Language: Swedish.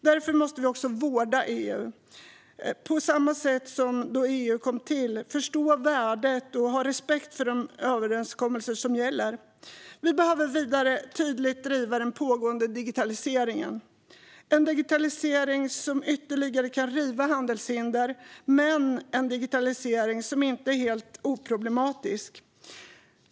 Därför måste vi också vårda vårt EU och på samma sätt som då EU kom till förstå värdet och ha respekt för de överenskommelser som gäller. Vi behöver vidare tydligt driva den pågående digitaliseringen - en digitalisering som ytterligare kan riva handelshinder men inte är helt oproblematisk.